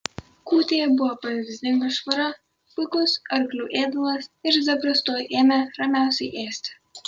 kūtėje buvo pavyzdinga švara puikus arklių ėdalas ir zebras tuoj ėmė ramiausiai ėsti